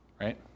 right